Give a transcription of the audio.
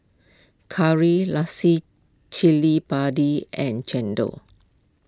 Curry Cili Padi and Chendol